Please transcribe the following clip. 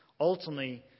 ultimately